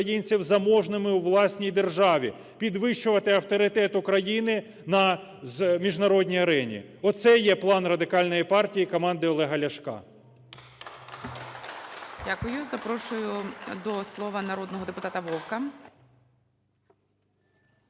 заможними у власній державі, підвищувати авторитет України на міжнародній арені. Оце є план Радикальної партії і команди Олега Ляшка.